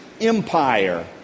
empire